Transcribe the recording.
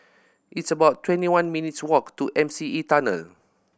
it's about twenty one minutes' walk to M C E Tunnel